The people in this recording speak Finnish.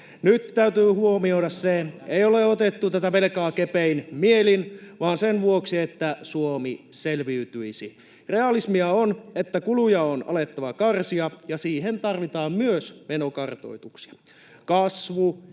Nyt täytyy huomioida se, että tätä velkaa ei ole otettu kepein mielin, vaan sen vuoksi, että Suomi selviytyisi. Realismia on, että kuluja on alettava karsia, ja siihen tarvitaan myös menokartoituksia.